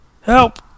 Help